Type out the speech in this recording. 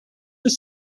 were